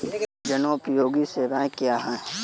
जनोपयोगी सेवाएँ क्या हैं?